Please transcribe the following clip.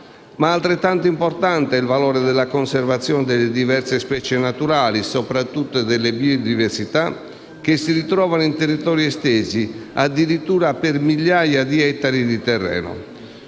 Ma altrettanto importante è il valore della conservazione delle diverse specie naturali, soprattutto delle biodiversità, che si ritrovano in territori estesi, addirittura per migliaia di ettari di terreno.